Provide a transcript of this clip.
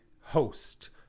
host